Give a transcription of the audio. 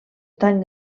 tan